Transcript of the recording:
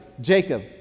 jacob